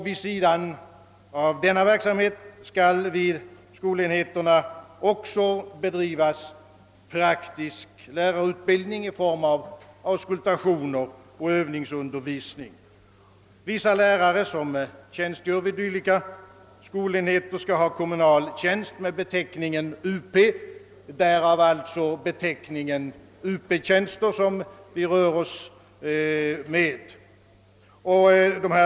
Vid sidan av försöksoch demonstrationsverksamheten skall vid skolenheterna även bedrivas viss praktisk lärarutbildning i form av auskultationer och övningsundervisning. Vissa lärare som tjänstgör vid dylika skolenheter skall ha ordinarie kommunal tjänst med beteckningen Up — därav alltså beteckningen Up-tjänster, som vi rör oss med.